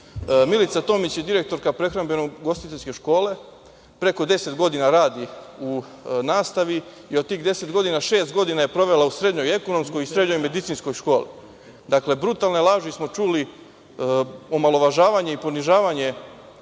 Milica Tomić je direktorka „Prehrambeno ugostiteljske škole“. Preko 10 godina radi u nastavi, i od tih 10 godina šest godina je provela u srednjoj ekonomskoj i medicinskoj školi. Dakle, brutalne laži smo čuli, omalovažavanje i ponižavanje